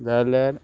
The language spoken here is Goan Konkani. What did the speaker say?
जाल्यार